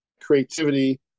creativity